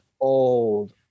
old